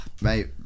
mate